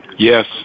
Yes